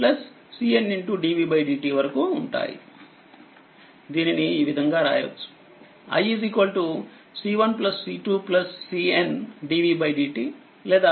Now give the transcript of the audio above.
CNdvdt వరకు ఉంటాయి దీనిని ఈవిధంగా రాయవచ్చు i C1 C2